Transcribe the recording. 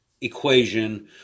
equation